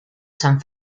san